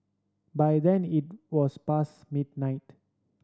by then it was past midnight